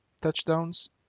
touchdowns